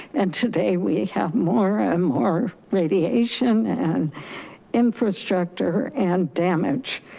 and today we have more more radiation and infrastructure and damage.